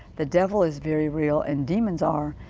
the devil is very real and demons are.